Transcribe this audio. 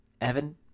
Evan